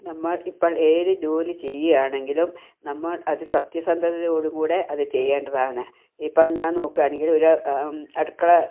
നമ്മൾ ഇപ്പോൾ ഏതു ജോലി ചെയ്യുകയാണെങ്കിലും നമ്മൾ അത് സത്യസന്ധതയോടെ കൂടി അത് ചെയ്യേണ്ടതാണ് ഇപ്പം ഞാൻ നോക്കുകയാണെങ്കിൽ ഒരു അടുക്കള